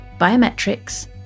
biometrics